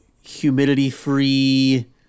humidity-free